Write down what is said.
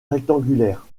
rectangulaire